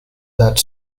that